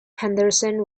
henderson